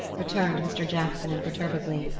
returned mr. jackson imperturbably.